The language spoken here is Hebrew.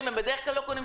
אני באמת לא מבינה את זה.